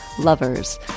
lovers